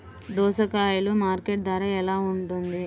దోసకాయలు మార్కెట్ ధర ఎలా ఉంటుంది?